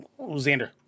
Xander